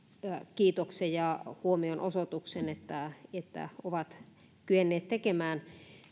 kiitoksen ja huomionosoituksen että että ovat kyenneet tekemään